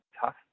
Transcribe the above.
tough